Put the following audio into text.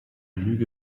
lüge